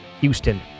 Houston